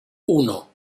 uno